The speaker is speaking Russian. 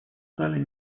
стали